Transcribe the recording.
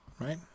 right